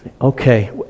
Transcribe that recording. Okay